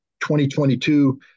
2022